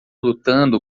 lutando